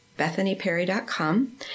bethanyperry.com